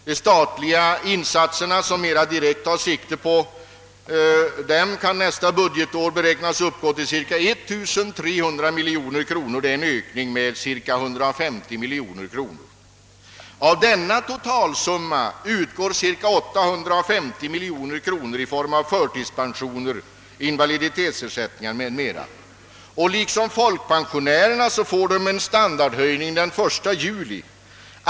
De statliga insatser som mera direkt tar sikte på dem kan det senaste budgetåret beräknas dra en kostnad av cirka 1300 miljoner kronor, en ökning med cirka 150 miljoner kronor. Av denna totalsumma utgår cirka 850 miljoner kronor i form av förtidspensioner, invaliditetsersättningar m.m. Liksom folkpensionärerna får de handikappade en standardhöjning den 1 juli.